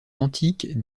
antique